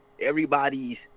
everybody's